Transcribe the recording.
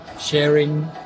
sharing